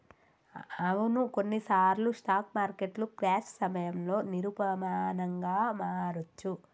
అవును కొన్నిసార్లు స్టాక్ మార్కెట్లు క్రాష్ సమయంలో నిరూపమానంగా మారొచ్చు